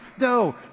No